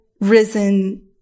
risen